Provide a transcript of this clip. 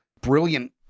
Brilliant